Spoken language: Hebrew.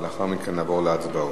ולאחר מכן נעבור להצבעות.